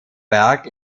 berg